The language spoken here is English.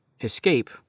escape